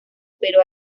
pero